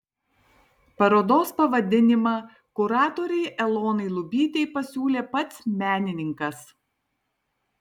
parodos pavadinimą kuratorei elonai lubytei pasiūlė pats menininkas